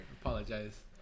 Apologize